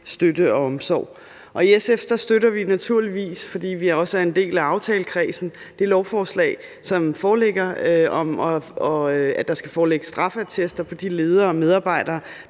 støtte og omsorg. Og i SF støtter vi naturligvis, fordi vi også er en del af aftalekredsen omkring det lovforslag, som foreligger, om, at der skal foreligge straffeattester på de ledere og medarbejdere,